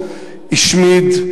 שבעברו השמיד,